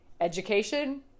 Education